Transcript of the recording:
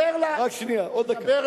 אני רוצה לסיים.